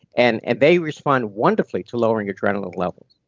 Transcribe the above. and and they respond wonderfully to lowering adrenaline levels